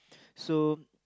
so